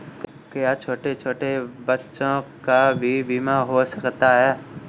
क्या छोटे छोटे बच्चों का भी बीमा हो सकता है?